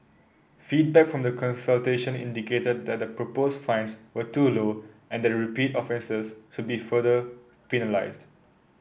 feedback from the consultation indicated that the proposed fines were too low and that repeated offences should be further penalised